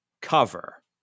cover